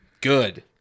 Good